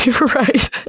Right